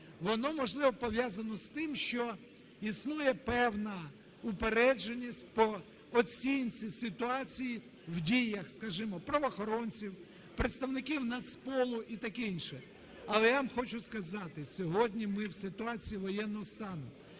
воно, можливо, пов'язано з тим, що існує певна упередженість по оцінці ситуації в діях, скажімо, правоохоронців, представників Нацполу і таке інше. Але я вам хочу сказати, сьогодні ми в ситуації воєнного стану,